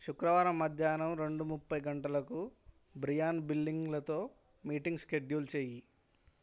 శుక్రవారం మధ్యాహ్నం రెండు ముప్పై గంటలకు బ్రియాన్ బిల్లింగ్లతో మీటింగ్ ష్కెడ్యూల్ చెయ్యి